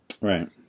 Right